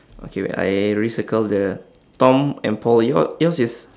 okay wait I recircle the tom and paul your yours is